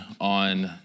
on